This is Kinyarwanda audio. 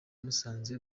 musanze